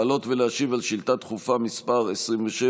לעלות ולהשיב על שאילתה דחופה מס' 27,